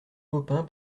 baupin